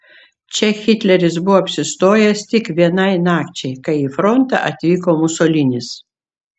čia hitleris buvo apsistojęs tik vienai nakčiai kai į frontą atvyko musolinis